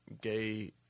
gay